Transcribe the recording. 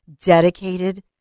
dedicated